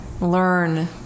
Learn